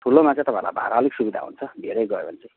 ठुलोमा चाहिँ तपाईँहरूलाई भाडा अलिक सुविधा हुन्छ धेरै गयो भने चाहिँ